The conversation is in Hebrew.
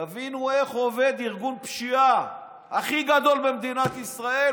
תבינו איך עובד ארגון הפשיעה הכי גדול במדינת ישראל,